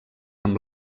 amb